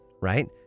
right